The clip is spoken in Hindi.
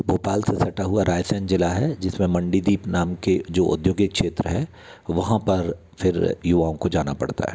भोपाल से सटा हुआ रायसेन जिला है जिसमें मंडीदीप नाम के जो औद्योगिक क्षेत्र है वहाँ पर फिर युवाओं को जाना पड़ता है